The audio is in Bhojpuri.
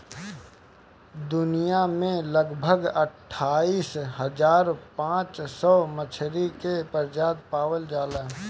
दुनिया में लगभग अट्ठाईस हज़ार पाँच सौ मछरी के प्रजाति पावल जाला